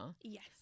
Yes